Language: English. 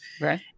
right